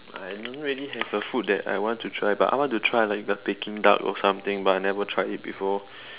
I don't really have a food that I want to try but I want to try like the peking-duck or something but I never try it before